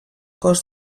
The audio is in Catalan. cos